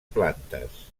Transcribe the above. plantes